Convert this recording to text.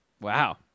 Wow